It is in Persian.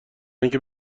اینکه